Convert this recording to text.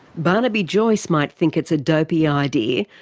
barnaby joyce might think it's a dopey idea,